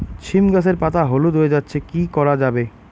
সীম গাছের পাতা হলুদ হয়ে যাচ্ছে কি করা যাবে?